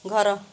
ଘର